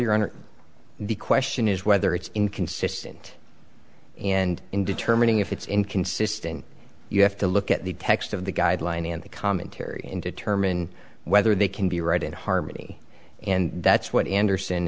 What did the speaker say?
your honor the question is whether it's inconsistent and in determining if it's inconsistent you have to look at the text of the guideline and the commentary and determine whether they can be right in harmony and that's what anderson